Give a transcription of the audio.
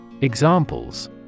Examples